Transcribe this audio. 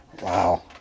wow